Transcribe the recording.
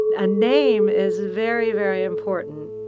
a name is very, very important